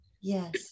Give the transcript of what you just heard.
Yes